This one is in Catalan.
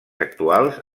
actuals